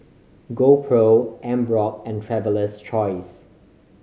GoPro Emborg and Traveler's Choice